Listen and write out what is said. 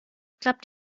klappt